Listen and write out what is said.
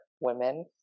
women